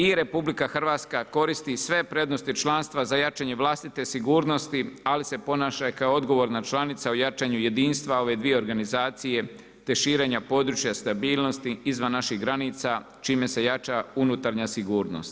I RH koristi sve prednosti članstva za jačanje vlastite sigurnosti, ali se ponaša i kao odgovorna članica u jačanju jedinstva ove dvije organizacije te širenja područja stabilnosti izvan naših granica čime se jača unutarnja sigurnost.